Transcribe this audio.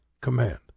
command